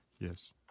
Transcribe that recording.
Yes